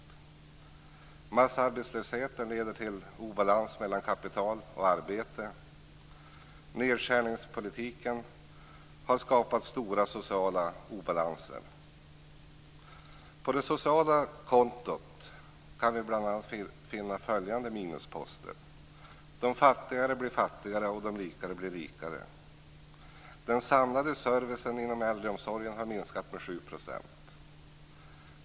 Massarbetslösheten leder till obalans mellan kapital och arbete. Nedskärningspolitiken har skapat stora sociala obalanser. På det sociala kontot kan vi bl.a. finna följande minusposter: De fattiga blir fattigare och de rika blir rikare.